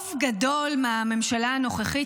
רוב גדול מהממשלה הנוכחית